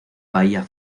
bahía